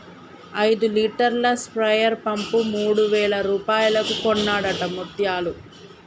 ఐదు లీటర్ల sprayer pump మూడు వేల రూపాయలకు కొన్నడట ముత్యాలు